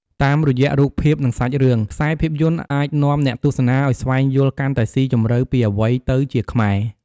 តាមរយៈរូបភាព និងសាច់រឿង ខ្សែភាពយន្តអាចនាំអ្នកទស្សនាឱ្យស្វែងយល់កាន់តែស៊ីជម្រៅពីអ្វីទៅជាខ្មែរ ។